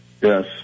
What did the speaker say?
Yes